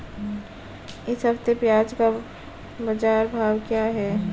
इस हफ्ते प्याज़ का बाज़ार भाव क्या है?